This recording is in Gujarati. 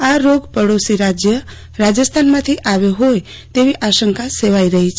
આ રોગ પડોશી રાજય રાજસ્થાનમાંથો આપ્યો હોઈ તેવી આશકા સેવાઈ રહી છે